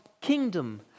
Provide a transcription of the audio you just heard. kingdom